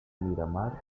miramar